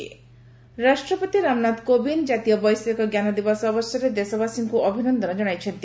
ପ୍ରେଜ୍ ଗ୍ରିଟିନ୍ସ ରାଷ୍ଟ୍ରପତି ରାମନାଥ କୋବିନ୍ଦ ଜାତୀୟ ବୈଷୟିକ ଜ୍ଞାନ ଦିବସ ଅବସରରେ ଦେଶବାସୀଙ୍କୁ ଅଭିନନ୍ଦନ ଜଣାଇଛନ୍ତି